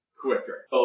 quicker